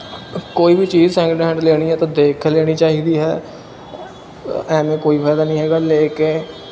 ਕੋਈ ਵੀ ਚੀਜ਼ ਸੈਕਿੰਡ ਹੈਂਡ ਲੈਣੀ ਹੈ ਤਾਂ ਦੇਖ ਕੇ ਲੈਣੀ ਚਾਹੀਦੀ ਹੈ ਐਵੇਂ ਕੋਈ ਫਾਇਦਾ ਨਹੀਂ ਹੈਗਾ ਲੈ ਕੇ